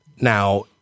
now